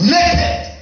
Naked